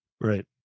Right